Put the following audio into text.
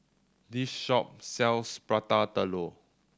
this shop sells Prata Telur